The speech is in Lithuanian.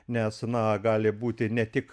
nes na gali būti ne tik